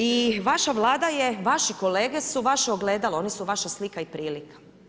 I vaša Vlada je, vaši kolege su vaše ogledalo, oni su vaša slika i prilika.